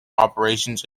operations